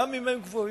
גם אם הם גבוהים,